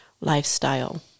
lifestyle